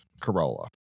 Corolla